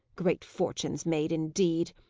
great fortunes made, indeed!